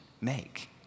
make